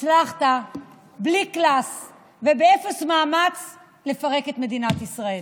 הצלחת בלי קלאס ובאפס מאמץ לפרק את מדינת ישראל.